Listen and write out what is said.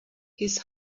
his